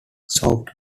sought